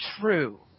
true